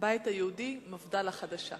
הבית היהודי, מפד"ל החדשה.